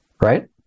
right